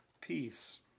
peace